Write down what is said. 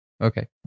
Okay